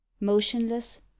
Motionless